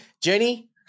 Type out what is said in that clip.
Jenny